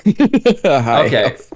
Okay